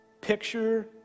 picture